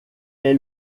est